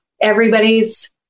everybody's